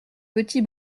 petit